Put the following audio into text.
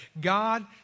God